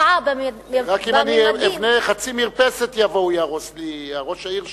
רק אם אני אבנה חצי מרפסת יבוא ויהרוס לי ראש העיר שלי,